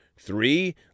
Three